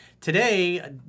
today